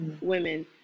women